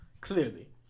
Clearly